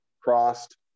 crossed